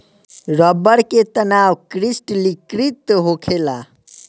रबड़ के तनाव क्रिस्टलीकृत होखेला